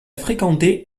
fréquenté